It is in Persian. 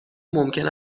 ممکن